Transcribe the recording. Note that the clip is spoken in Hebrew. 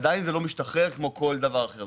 עדיין זה לא משתחרר כמו כל דבר אחר.